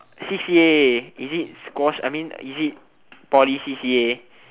c_c_a is it squash I mean is it poly c_c_a